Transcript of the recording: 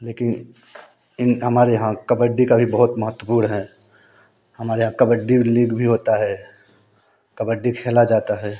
लेकिन इन हमारे यहाँ कबड्डी का भी बहुत महत्त्वपूर्ण है हमारे यहाँ कबड्डी लीग भी होता है कबड्डी खेला जाता है